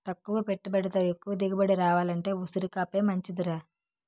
తక్కువ పెట్టుబడితో ఎక్కువ దిగుబడి రావాలంటే ఉసిరికాపే మంచిదిరా